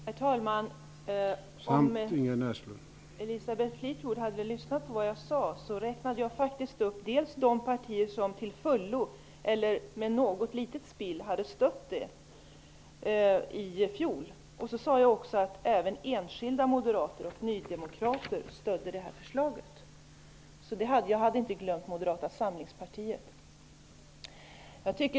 Herr talman! Om Elisabeth Fleetwood hade lyssnat på vad jag sade, hade hon hört att jag räknade upp de partier som till fullo eller med något litet spill hade stött fjolårets förslag. Jag sade också att även enskilda moderater och nydemokrater stödde detta förslag. Jag hade alltså inte glömt Moderata samlingspartiet.